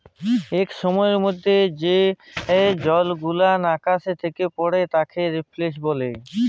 ইক সময়ের মধ্যে যে জলগুলান আকাশ থ্যাকে পড়ে তাকে রেলফল ব্যলে